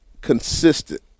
consistent